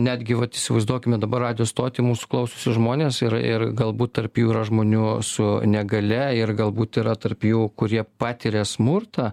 netgi vat įsivaizduokime dabar radijo stotį mūsų klausosi žmonės ir ir galbūt tarp jų yra žmonių su negalia ir galbūt yra tarp jų kurie patiria smurtą